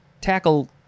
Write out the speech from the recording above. tackle